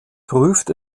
prüft